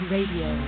Radio